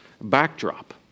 backdrop